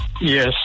Yes